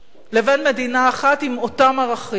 לבין מדינה אחת עם אותם ערכים.